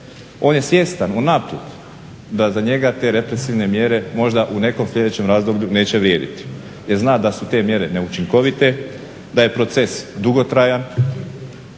On je svjestan unaprijed da za njega te represivne mjere možda u nekom sljedećem razdoblju neće vrijediti, jer zna da su te mjere neučinkovite, da je proces dugotrajan,